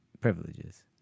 privileges